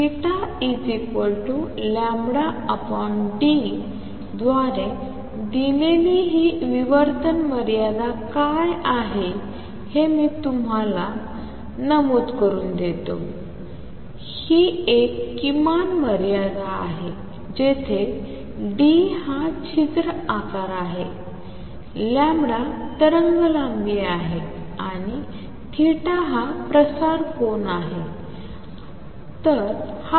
θλd द्वारे दिलेली ही विवर्तन मर्यादा काय आहे हे मी फक्त नमूद करू ही एक किमान मर्यादा आहे जेथे d हा छिद्र आकार आहे तरंगलांबी आहे आणि हा प्रसार कोन आहे